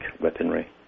weaponry